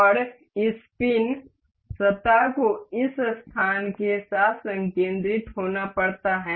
और इस पिन सतह को इस स्थान के साथ संकेंद्रित होना पड़ता है